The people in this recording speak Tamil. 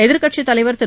எதிர்க்கட்சித் தலைவர் திரு